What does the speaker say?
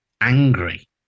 angry